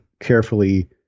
carefully